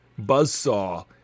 Buzzsaw